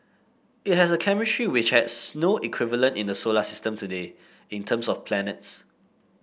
it has a chemistry which has no equivalent in the solar system today in terms of planets